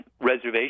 reservation